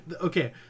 okay